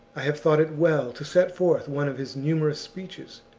i have thought it well to set forth one of his numerous speeches,